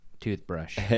toothbrush